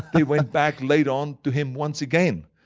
they went back later on to him once again.